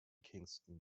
kingston